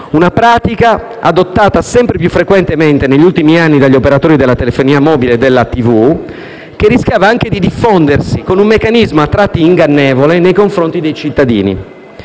una pratica adottata sempre più frequentemente negli ultimi anni dagli operatori della telefonia mobile e della TV e che rischiava anche di diffondersi, con un meccanismo a tratti ingannevole nei confronti dei cittadini.